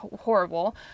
horrible